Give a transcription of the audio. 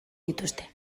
dituzte